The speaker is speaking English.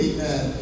Amen